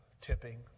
tipping